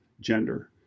gender